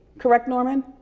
correct norman?